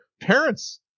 parents